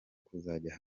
kuzajya